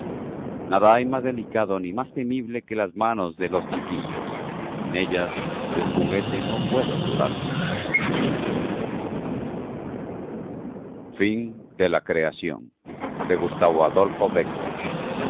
nada hay más delicado ni más temible que las manos de los chiquillos en ellas el juguete no puede durar mucho la cruz del diablo de gustavo adolfo bécquer